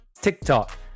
TikTok